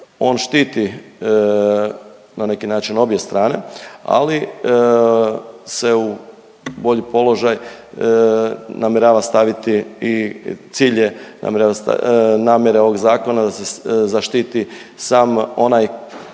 On štiti na neki način obje strane, ali se u bolji položaj namjerava staviti i cilj je namjere ovog zakona da se zaštiti sam onaj